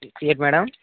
ఏంటి మ్యాడం